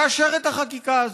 יאשר את החקיקה הזאת.